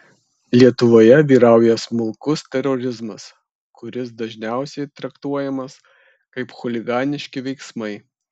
lietuvoje vyrauja smulkus terorizmas kuris dažniausiai traktuojamas kaip chuliganiški veiksmai